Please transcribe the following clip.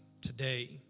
today